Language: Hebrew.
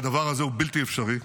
ושהדבר הזה הוא בלתי אפשרי.